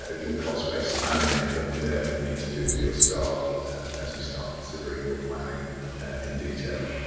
ah your cost-base planning and what you, therefore, need to do of your staff as you start considering your planning in detail.